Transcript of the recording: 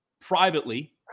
privately